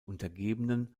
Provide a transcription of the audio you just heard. untergebenen